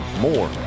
more